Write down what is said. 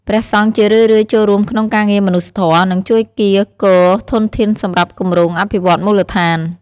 ព្រះសង្ឃជារឿយៗចូលរួមក្នុងការងារមនុស្សធម៌ និងជួយកៀរគរធនធានសម្រាប់គម្រោងអភិវឌ្ឍន៍មូលដ្ឋាន។